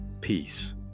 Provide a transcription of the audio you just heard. peace